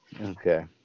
Okay